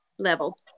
level